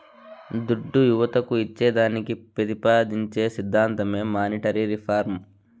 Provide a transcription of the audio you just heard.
దుడ్డు యువతకు ఇచ్చేదానికి పెతిపాదించే సిద్ధాంతమే మానీటరీ రిఫార్మ్